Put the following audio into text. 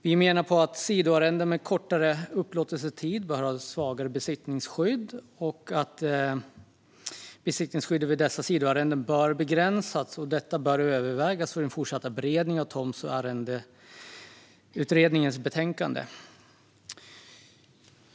Vi menar att sidoarrenden med kortare upplåtelsetid bör ha ett svagare besittningsskydd och bör begränsas. Detta bör övervägas i den fortsatta beredningen av Tomträtts och arrendeutredningens betänkande.